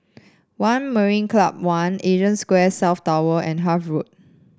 One Marina Club One Asia Square South Tower and Hythe Road